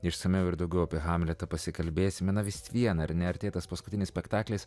išsamiau ir daugiau apie hamletą pasikalbėsime na vis vieną ar ne artėja paskutinis spektaklis